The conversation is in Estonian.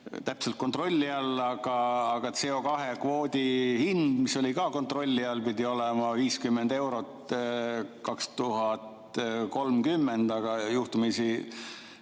täpselt kontrolli all, aga CO2kvoodi hind, mis oli ka kontrolli all, pidi olema 50 eurot 2030, aga juhtumisi